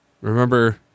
Remember